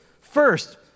First